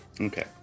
Okay